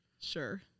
Sure